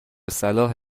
صلاح